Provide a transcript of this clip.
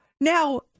now